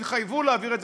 תעבירו את זה,